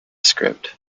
script